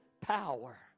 power